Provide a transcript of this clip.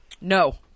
No